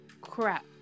crap